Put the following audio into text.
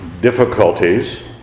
difficulties